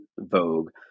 vogue